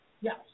Yes